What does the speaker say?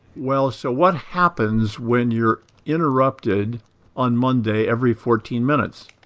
well so what happens when you're interrupted on monday every fourteen minutes?